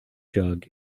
jug